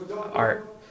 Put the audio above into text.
art